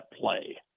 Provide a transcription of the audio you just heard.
play